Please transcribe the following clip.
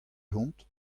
hont